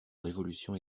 révolution